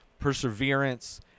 perseverance